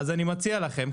אני מציע לכם,